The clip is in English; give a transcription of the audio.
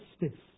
Justice